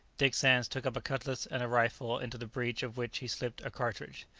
dick sands took up a cutlass and a rifle, into the breach of which he slipped a cartridge.